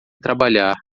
trabalhar